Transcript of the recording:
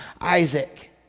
Isaac